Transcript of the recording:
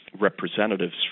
representatives